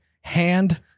hand